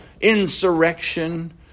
insurrection